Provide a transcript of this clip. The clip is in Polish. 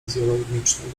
fizjologicznego